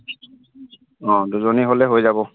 অঁ দুজনী হ'লে হৈ যাব